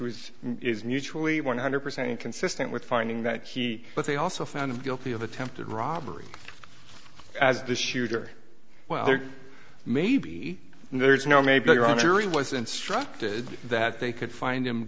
was mutually one hundred percent consistent with finding that he but they also found him guilty of attempted robbery as the shooter well maybe there's no maybe your own theory was instructed that they could find him